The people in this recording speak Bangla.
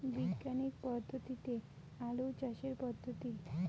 বিজ্ঞানিক পদ্ধতিতে আলু চাষের পদ্ধতি?